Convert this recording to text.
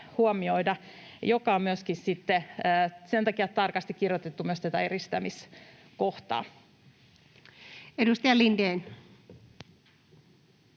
huomioida, ja se on myöskin sitten sen takia tarkasti kirjoitettu myös tässä eristämiskohdassa. Edustaja Lindén.